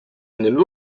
sündinud